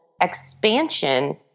expansion